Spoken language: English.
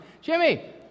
Jimmy